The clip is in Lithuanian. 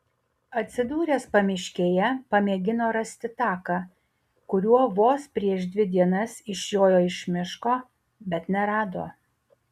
atsidūręs pamiškėje pamėgino rasti taką kuriuo vos prieš dvi dienas išjojo iš miško bet nerado